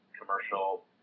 commercial